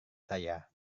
saya